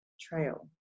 Trail